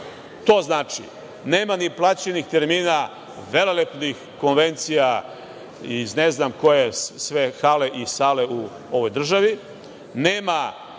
To znači, nema ni plaćenih termina velelepnih konvencija iz ne znam koje sve hale i sale u ovoj državi, nema